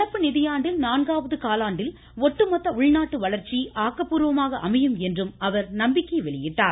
நடப்பு நிதியாண்டில் நான்காவது காலாண்டில் ஒட்டுமொத்த உள்நாட்டு வளர்ச்சி ஆக்கப்பூர்வமாக அமையும் என்று அவர் நம்பிக்கை தெரிவித்தார்